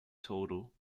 total